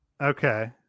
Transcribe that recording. Okay